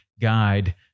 guide